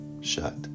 shut